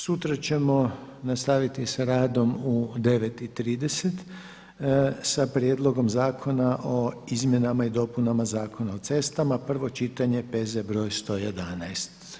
Sutra ćemo nastaviti sa radom u 9,30 sa Prijedlogom zakona o izmjenama i dopunama Zakona o cestama, prvo čitanje, P.Z. br. 111.